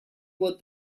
what